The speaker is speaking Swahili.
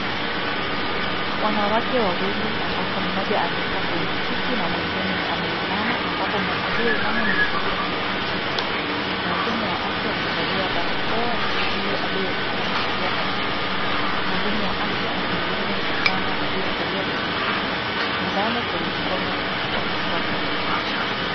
Wanawake wawili ambapo mmoja amekaa kwenye kiti na mwingine ameinama, ambapo aliyeinama ni mhumu wa afya